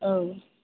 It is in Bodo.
औ